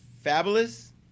Fabulous